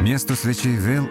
miesto svečiai vėl